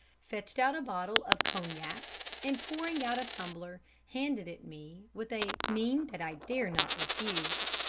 fetched out a bottle of cognac, and pouring out a tumbler, handed it me with a mien that i dare not refuse.